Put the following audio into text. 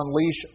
unleash